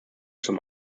zum